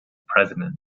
president